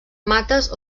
mates